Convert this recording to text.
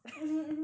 mmhmm